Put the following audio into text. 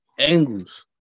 Angles